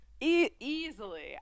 easily